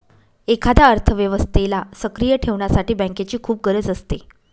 एखाद्या अर्थव्यवस्थेला सक्रिय ठेवण्यासाठी बँकेची खूप गरज असते